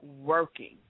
working